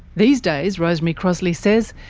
these days, rosemary crossley says,